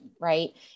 right